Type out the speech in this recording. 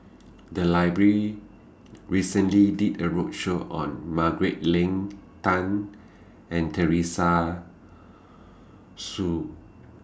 The Library recently did A roadshow on Margaret Leng Tan and Teresa Hsu